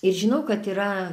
ir žinau kad yra